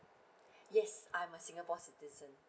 yes I'm a singapore citizen